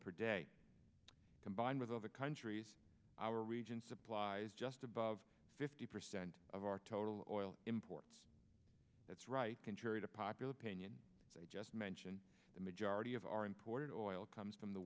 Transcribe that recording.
per day combined with other countries our region supplies just above fifty percent of our total or oil imports that's right contrary to popular opinion i just mentioned the majority of our imported oil comes from the